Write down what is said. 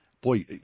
boy